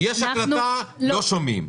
יש הקלטה, לא שומעים.